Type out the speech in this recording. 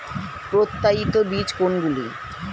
প্রত্যায়িত বীজ কোনগুলি?